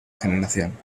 generación